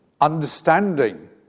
understanding